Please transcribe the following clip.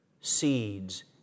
seeds